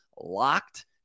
LOCKED